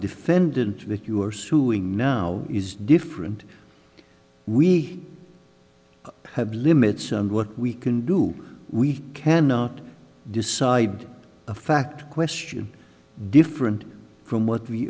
defendant that you are suing now is different we have limits on what we can do we cannot decide a fact question different from what we